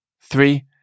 Three